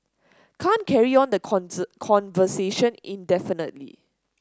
can't carry on the conversation indefinitely